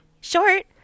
Short